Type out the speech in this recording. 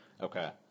Okay